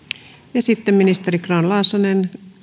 sitten ministeri grahn laasonen